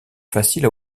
facile